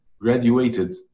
graduated